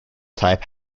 type